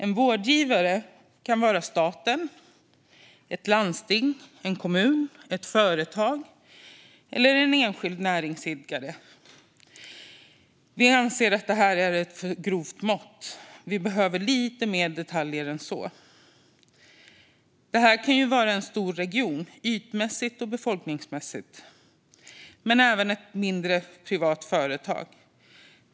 En vårdgivare kan vara staten, ett landsting, en kommun, ett företag eller en enskild näringsidkare. Vi anser att detta är ett alltför grovt mått; vi behöver lite mer detaljer. Det kan vara en stor region, ytmässigt och befolkningsmässigt, men även ett mindre, privat företag.